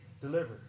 delivered